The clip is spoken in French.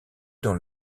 dans